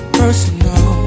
personal